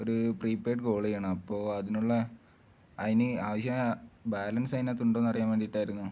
ഒരു prepaid call ചെയ്യണം അപ്പോൾ അതിനുള്ള അതിന് ആവശ്യമായ ബാലൻസ് അതിനകത്ത് ഉണ്ടോ എന്ന് അറിയാൻ വേണ്ടിയിട്ടായിരുന്നു